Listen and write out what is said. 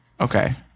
Okay